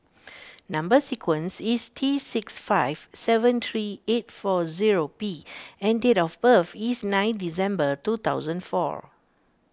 Number Sequence is T six five seven three eight four zero P and date of birth is nine December two thousand four